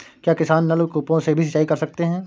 क्या किसान नल कूपों से भी सिंचाई कर सकते हैं?